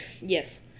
Yes